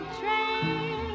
train